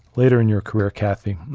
later in your career, kathy,